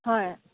হয়